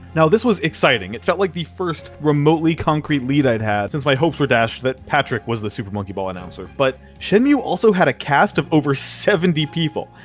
now, this was exciting it felt like the first remotely concrete lead i had since i hopes were dashed that patrick was the super monkey ball announcer but shenmue also had a cast of over seventy people,